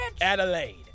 Adelaide